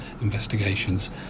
investigations